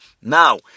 Now